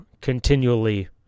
continually